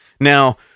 Now